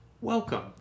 welcome